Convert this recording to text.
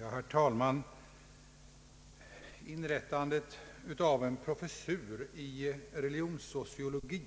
Herr talman! Inrättandet av en professur i religionssociologi